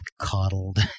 coddled